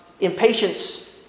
Impatience